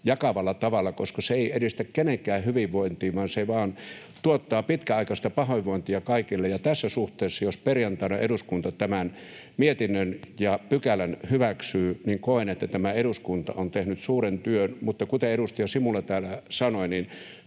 koska se ei edistä kenenkään hyvinvointia, vaan se vain tuottaa pitkäaikaista pahoinvointia kaikille. Ja tässä suhteessa, jos perjantaina eduskunta tämän mietinnön ja pykälän hyväksyy, niin koen, että tämä eduskunta on tehnyt suuren työn. Mutta kuten edustaja Simula täällä sanoi,